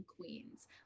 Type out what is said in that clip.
Queens